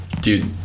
Dude